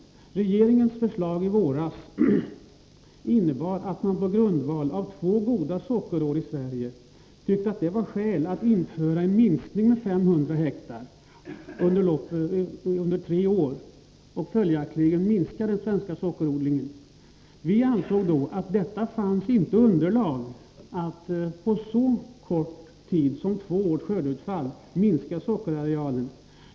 Regeringens förslag i våras innebar att Allmänpolitisk deman tyckte att två goda sockerår i Sverige var skäl att införa en minskning — part med 500 hektar under tre år och följaktligen minska den svenska sockerodlingen. Vi ansåg att det inte fanns underlag för att på grundval av två års skördeutfall minska sockerarealen.